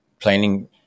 planning